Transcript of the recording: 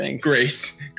Grace